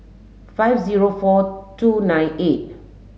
five zero four two nine eight